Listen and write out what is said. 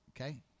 Okay